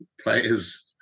players